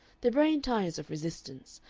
the brain tires of resistance,